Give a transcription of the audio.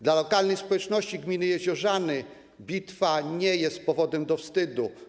Dla lokalnej społeczności gminy Jeziorzany bitwa nie jest powodem do wstydu.